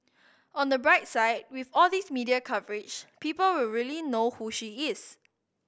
on the bright side with all these media coverage people will really know who she is